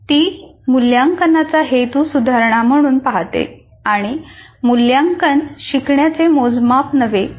ती मुल्यांकनाचा हेतू सुधारणा म्हणून पाहते आणि मुल्यांकन शिकण्याचे मोजमाप नव्हे